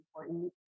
important